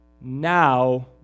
now